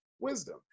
Wisdom